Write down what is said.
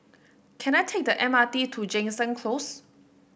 can I take the M R T to Jansen Close